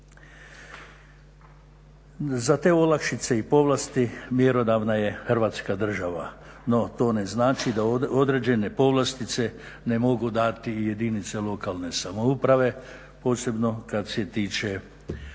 Za te olakšice i povlasti mjerodavna je Hrvatska država, no to ne znači da određene povlastice ne mogu dati i jedinice lokalne samouprave posebno kad se tiče visina